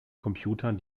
computern